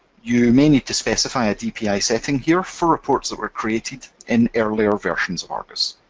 you may need to specify a dpi setting here for reports that were created in earlier versions of argos.